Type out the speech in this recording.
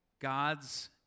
God's